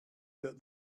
that